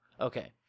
Okay